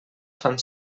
fan